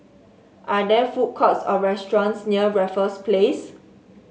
are there food courts or restaurants near Raffles Place